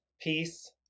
Peace